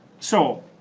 so,